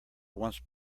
once